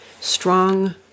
strong